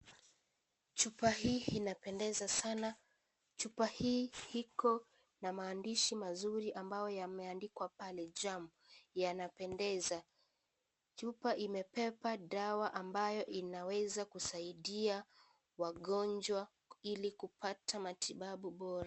Chupa hii inapendeza sana. Chupa hii iko na maandishi mazuri ambayo yameandikwa pale jamu yanapendeza. Chupa imebeba dawa ambayo inaweza kusaidia wogonjwa ili kupata matibabu bora.